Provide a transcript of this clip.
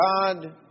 God